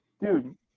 dude